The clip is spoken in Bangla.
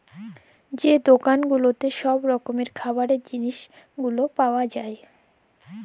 যে দকাল গুলাতে ছব রকমের খাবারের জিলিস গুলা পাউয়া যায়